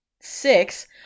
six